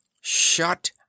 Shut